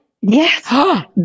Yes